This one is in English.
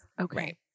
Okay